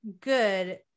good